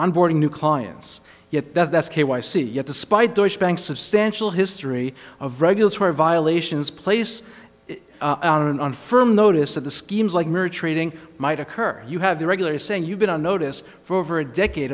onboarding new clients yet that's k y c yet despite deutsche bank substantial history of regulatory violations place on and on firm notice that the schemes like murray trading might occur you have the regular saying you've been on notice for over a decade